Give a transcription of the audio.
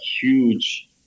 huge